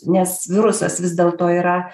nes virusas vis dėlto yra